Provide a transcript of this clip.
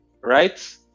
Right